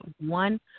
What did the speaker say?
one